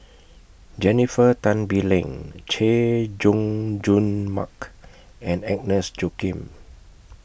Jennifer Tan Bee Leng Chay Jung Jun Mark and Agnes Joaquim